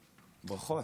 ברכות.